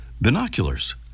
binoculars